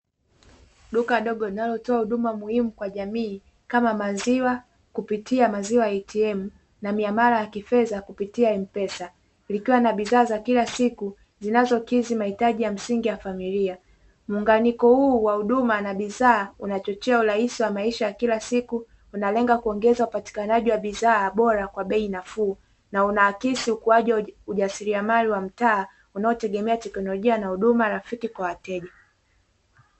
Duka dogo linalotoa huduma muhimu kwa jamii, kama maziwa kupitia maziwa "ATM" na miamala ya kifadha kupitia mpesa, likiwa na bidhaa za kila siku, zinazokidhi maitaji ya msingi ya familia, muunganiko huu wa huduma na bidhaa unachochea urahisi wa maisha ya kila siku unalenga kuongeza upatikanaji wa bidhaa bora kwa bei nafuu, na unaakisi ukuaji wa ujasiriamali wa mtaa unaotegemea teknolojia huduma na rafiki kwa mteja.